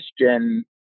Christian